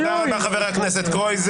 תודה רבה, חבר הכנסת קרויזר.